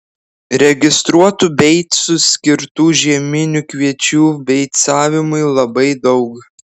registruotų beicų skirtų žieminių kviečių beicavimui labai daug